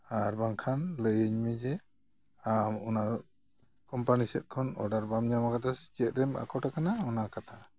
ᱟᱨ ᱵᱟᱝᱠᱷᱟᱱ ᱞᱟᱹᱭᱟᱹᱧ ᱢᱮ ᱡᱮ ᱟᱢ ᱚᱱᱟ ᱠᱳᱢᱯᱟᱱᱤ ᱥᱮᱫ ᱠᱷᱚᱱ ᱚᱰᱟᱨ ᱵᱟᱢ ᱧᱟᱢᱟᱠᱟᱫᱟ ᱥᱮ ᱪᱮᱫ ᱨᱮᱢ ᱟᱠᱚᱴ ᱠᱟᱱᱟ ᱚᱱᱟ ᱠᱟᱛᱷᱟ